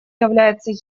является